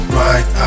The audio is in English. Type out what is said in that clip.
right